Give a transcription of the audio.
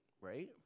right